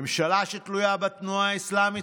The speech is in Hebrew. ממשלה שתלויה בתנועה האסלאמית,